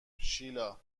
شیلا